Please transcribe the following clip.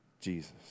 Jesus